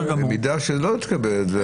במידה שזה לא יתקבל.